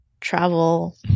travel